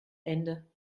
ende